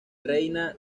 reina